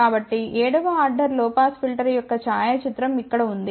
కాబట్టి 7 వ ఆర్డర్ లొ పాస్ ఫిల్టర్ యొక్క ఛాయాచిత్రం ఇక్కడ ఉంది